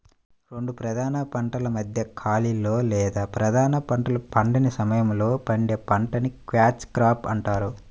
రెండు ప్రధాన పంటల మధ్య ఖాళీలో లేదా ప్రధాన పంటలు పండని సమయంలో పండే పంటని క్యాచ్ క్రాప్ అంటారు